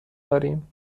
داریم